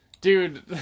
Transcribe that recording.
dude